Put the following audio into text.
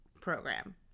program